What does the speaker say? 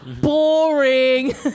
Boring